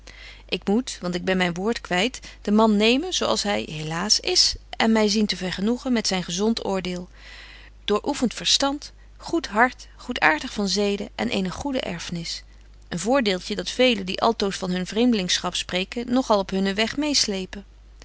ik moet want ik ben myn woord kwyt den man nemen zo als hy helaas is en my zien te vergenoegen met zyn gezont oordeel dooröeffent verstand goed hart goedaartigheid van zeden en eene goede erfnis een voordeeltje dat velen die altoos van hun vreemdelingschap spreken nog al op hunnen weg meê